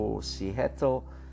Seattle